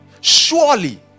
surely